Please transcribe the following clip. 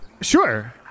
Sure